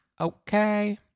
okay